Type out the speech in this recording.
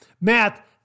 Matt